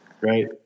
right